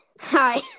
Hi